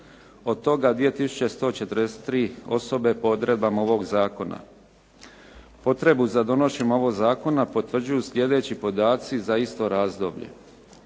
2 tisuće 143 osobe po odredbama ovog zakona. Potrebu za donošenjem ovog zakona potvrđuju slijedeći podaci za isto razdoblje.